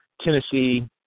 Tennessee